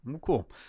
cool